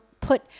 put